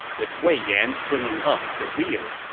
with wei yan bringing up the rear